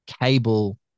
cable